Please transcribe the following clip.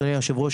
אדוני היושב-ראש,